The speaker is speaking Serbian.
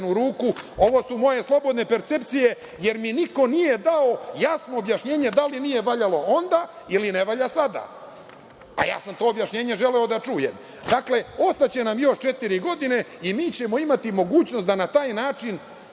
ruku. Ovo su moje slobodne percepcije, jer mi niko nije dao jasno objašnjenje da li nije valjalo onda ili ne valja sada, a ja sam to objašnjenje želeo da čujem. Dakle, ostaće nam još četiri godine i mi ćemo imati mogućnost da na taj način